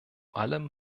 allem